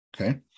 Okay